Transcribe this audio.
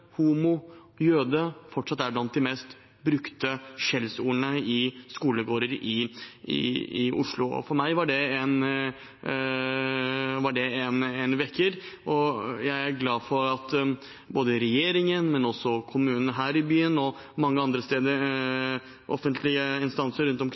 fortsatt er blant de mest brukte skjellsordene i skolegårder i Oslo. For meg var det en vekker. Jeg er glad for at regjeringen, og også Oslo kommune og mange andre offentlige instanser rundt